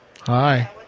Hi